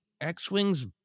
X-Wing's